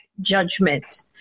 judgment